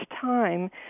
time